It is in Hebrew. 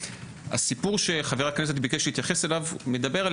הסיפור שחבר הכנסת מבקש להתייחס אליו מדבר על